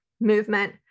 movement